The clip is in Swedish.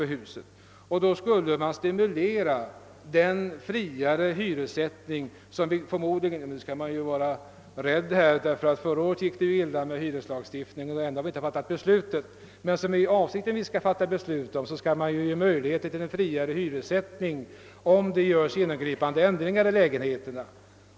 Därigenom skulle man även stimulera den friare hyressättningen; därvidlag bör man kanske uttala sig litet försiktigt, eftersom det förra året gick illa med hyreslagstiftningen och ännu har vi ju inte fattat beslutet. Men eftersom avsikten är att vi skall fatta beslut om den bör man bereda möjlighet för en friare hyressättning genom att möjliggöra genomgripande ändringar i lägenheterna.